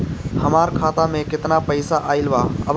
हमार खाता मे केतना पईसा आइल बा?